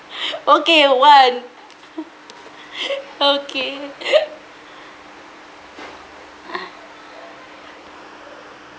okay want okay